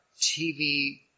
TV